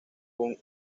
con